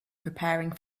preparing